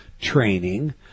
training